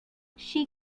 she